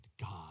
God